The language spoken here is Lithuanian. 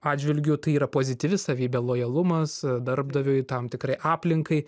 atžvilgiu tai yra pozityvi savybė lojalumas darbdaviui tam tikrai aplinkai